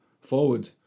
forward